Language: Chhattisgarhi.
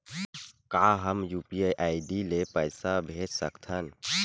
का हम यू.पी.आई आई.डी ले पईसा भेज सकथन?